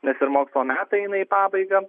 nes ir mokslo metai eina į pabaigą